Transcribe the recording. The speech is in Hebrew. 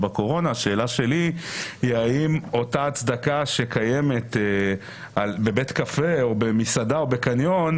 השאלה שלי היא האם אותה הצדקה שקיימת בבית קפה או במסעדה או בקניון,